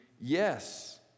yes